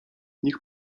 niech